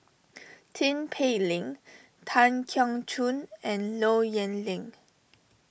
Tin Pei Ling Tan Keong Choon and Low Yen Ling